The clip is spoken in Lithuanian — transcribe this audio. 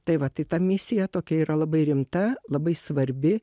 tai va tai ta misija tokia yra labai rimta labai svarbi